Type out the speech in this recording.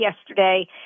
yesterday